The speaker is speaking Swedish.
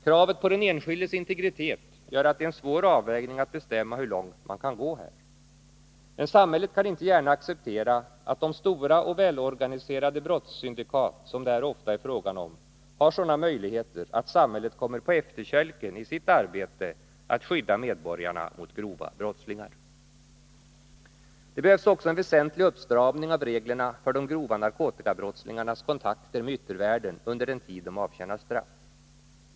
Kravet på den enskildes integritet gör att det är en svår avvägning att bestämma hur långt man här kan gå. Men samhället kan inte gärna acceptera att de stora och välorganiserade brottssyndikat som det här ofta är fråga om har sådana möjligheter att samhället kommer på efterkälken i sitt arbete att skydda medborgarna mot grova brottslingar. Det behövs också en väsentlig uppstramning av reglerna för de grova narkotikabrottslingarnas kontakter med yttervärlden under den tid de avtjänar straff.